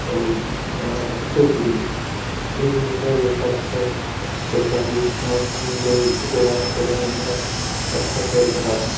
और और शिव गिरी ये भी है लड़का अच्छा खेलता भी इस समय मुंबई रिलाएंस एकेडमी है अच्छा खेल रहा है